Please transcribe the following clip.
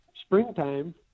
springtime